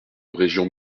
régions